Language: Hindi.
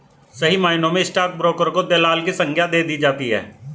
सही मायनों में स्टाक ब्रोकर को दलाल की संग्या दे दी जाती है